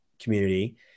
community